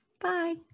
bye